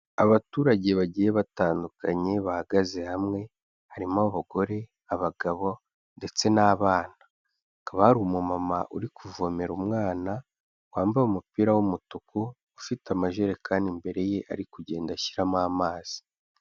Abaturage bagiye batandukanye bahagaze hamwe, harimo abagore, abagabo ndetse n'abana, hakaba hari umumama uri kuvomera umwana, wambaye umupira w'umutuku, ufite amajerekani imbere ye, ari kugenda ashyiramo amazi.